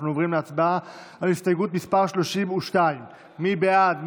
אנחנו עוברים להצבעה על הסתייגות מס' 31. מי בעד?